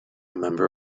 member